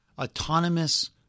autonomous